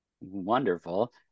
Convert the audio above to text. Wonderful